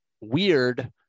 weird